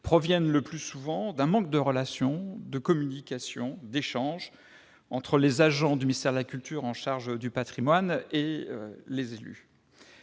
proviennent le plus souvent d'un manque de relation, de communication, d'échange entre les agents du ministère de la culture chargés du patrimoine et les élus.